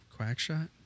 Quackshot